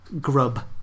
grub